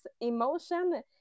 emotion